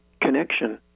connection